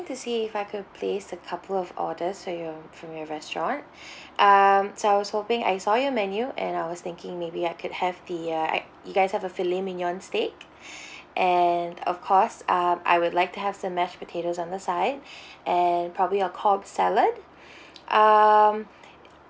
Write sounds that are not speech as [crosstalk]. to see if I could place a couple of orders of your from your restaurant [breath] um so I was hoping I saw your menu and I was thinking maybe I could have the uh a~ you guys have a filet mignon steak [breath] and of course um I would like to have some mashed potatoes on the side [breath] and probably your cobb salad [breath] um [breath]